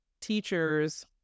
teachers